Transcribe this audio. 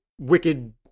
wicked